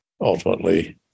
ultimately